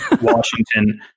Washington